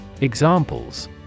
Examples